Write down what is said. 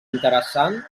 interessant